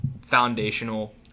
foundational